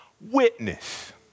witness